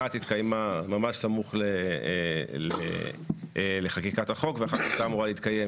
אחת התקיימה ממש סמוך לחקיקת החוק ואחת הייתה אמורה להתקיים